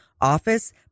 office